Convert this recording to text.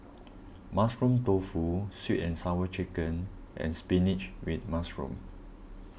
Mushroom Tofu Sweet and Sour Chicken and Spinach with Mushroom